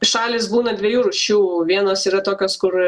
šalys būna dviejų rūšių vienos yra tokios kur